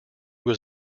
was